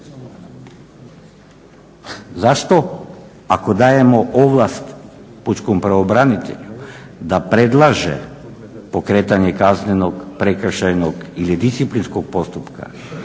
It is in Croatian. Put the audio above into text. Zašto ako dajemo ovlast pučkom pravobranitelju da predlaže pokretanje kaznenog, prekršajnog ili disciplinskog postupka